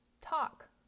Talk